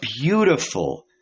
beautiful